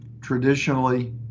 traditionally